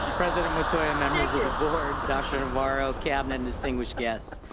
ah president metoyer um and board, dr. navarro, cabinet, and distinguished guests,